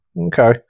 Okay